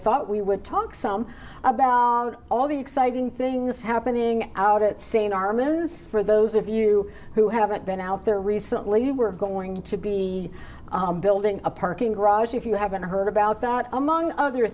thought we would talk some about all the exciting things happening out it saying are millions for those of you who haven't been out there recently you were going to be building a parking garage if you haven't heard about that among other